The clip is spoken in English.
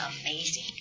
amazing